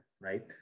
Right